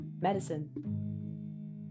medicine